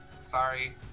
Sorry